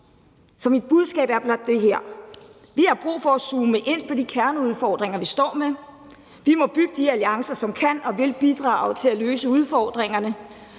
mit budskab er blot det her: Vi har brug for at zoome ind på de kerneudfordringer, vi står med. Vi må bygge de alliancer, som kan og vil bidrage til at løse udfordringerne,